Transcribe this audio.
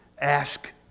Ask